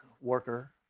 worker